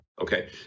okay